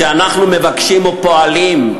שכשאנחנו מבקשים או פועלים,